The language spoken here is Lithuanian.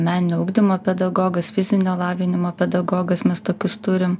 meninio ugdymo pedagogas fizinio lavinimo pedagogas mes tokius turim